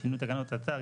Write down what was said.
שינוי תקנות תט"ר,